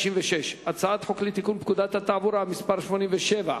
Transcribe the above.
הצעת חוק לתיקון פקודת התעבורה (מס' 87)